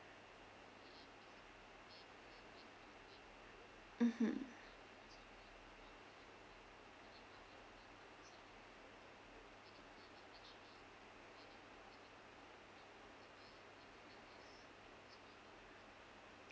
mmhmm